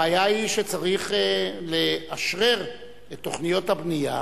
הבעיה היא שצריך לאשרר את תוכניות הבנייה